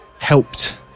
helped